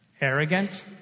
arrogant